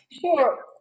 Sure